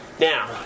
Now